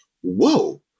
whoa